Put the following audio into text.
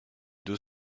deux